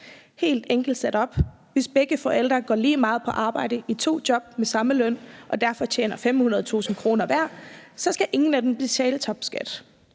man sige, at hvis begge forældre går lige meget på arbejde i to job med samme løn og derfor tjener 500.000 kr. hver, skal ingen af dem betale topskat,